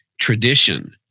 Tradition